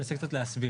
אני אנסה קצת להסביר.